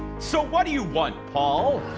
so what do you want, paul?